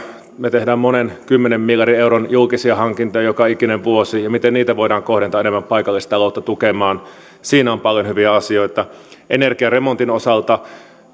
me teemme monen kymmenen miljardin euron julkisia hankintoja joka ikinen vuosi ja miten niitä voidaan kohdentaa enemmän paikallistaloutta tukemaan siinä on paljon hyviä asioita energiaremontin osalta